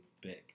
big